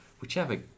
whichever